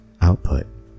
Output